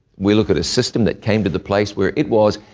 we look at a system that came to the place where it was,